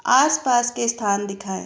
आसपास के स्थान दिखाएँ